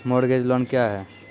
Mortgage loan क्या है?